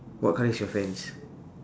what colour is your fence